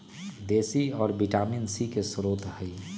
देशी औरा vitamin C के स्रोत हई